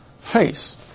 face